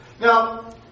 Now